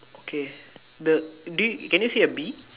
okay the dude can you see a bee